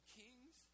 kings